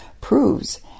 proves